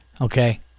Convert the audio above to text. Okay